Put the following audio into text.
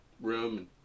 room